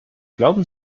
glauben